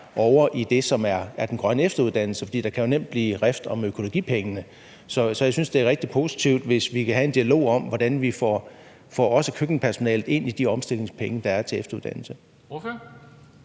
er afsat til den grønne efteruddannelse, for der kan jo nemt blive rift om økologipengene. Så jeg synes, det er rigtig positivt, hvis vi kan have en dialog om, hvordan vi også får køkkenpersonalet omfattet af de omstillingspenge, der er til efteruddannelse.